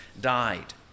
died